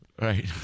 Right